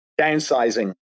downsizing